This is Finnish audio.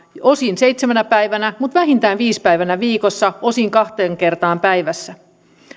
osin seitsemänä päivänä mutta vähintään viitenä päivänä viikossa osin kaksi kertaa päivässä